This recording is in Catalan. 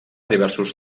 diversos